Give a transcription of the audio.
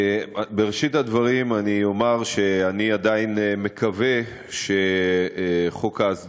בראשית הדברים אני אומר שאני לא יודע מאין נלקחה הקביעה שלך שחוק ההסדרה